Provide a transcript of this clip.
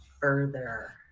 Further